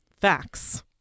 facts